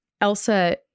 Elsa